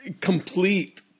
complete